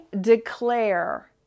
declare